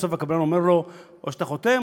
בסוף הקבלן אומר לו: או שאתה חותם,